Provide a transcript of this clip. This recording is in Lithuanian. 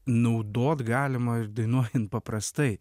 naudot galima ir dainuojant paprastai